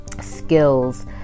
skills